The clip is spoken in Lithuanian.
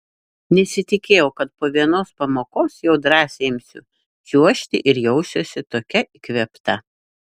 nesitikėjau kad po vienos pamokos jau drąsiai imsiu čiuožti ir jausiuosi tokia įkvėpta